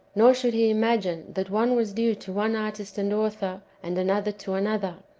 nor should he imagine that one was due to one artist and author, and another to another,